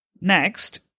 Next